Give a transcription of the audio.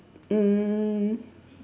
um